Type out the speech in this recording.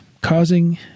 causing